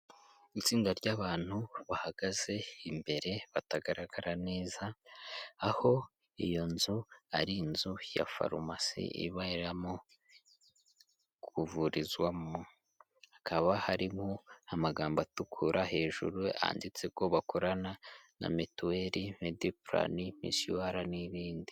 Itsinda ry'abantu bahagaze imbere batagaragara neza, aho iyo nzu ari inzu ya farumasi iberamo kuvurizwamo, hakaba hariho amagambo atukura hejuru yanditse ko bakorana na mituweli, medi pulani, misiyu ara n'ibindi.